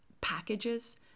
packages